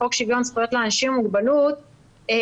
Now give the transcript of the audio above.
בחוק שוויון זכויות לאנשים עם מוגבלות משתמשים